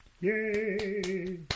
Yay